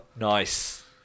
Nice